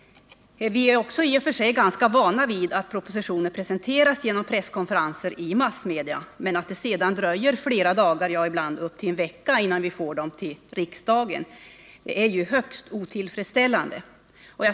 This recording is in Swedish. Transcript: Vi är också ganska vana vid att propositionerna presenteras på presskonferenser för massmedia men att det sedan dröjer flera dagar, ibland upp till en vecka, innan vi får dem till riksdagen. Det är högst otillfredsställande.